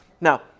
Now